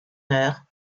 heures